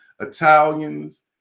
Italians